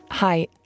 Hi